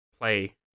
play